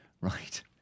Right